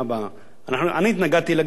אני התנגדתי להגדלת הגירעון הזה,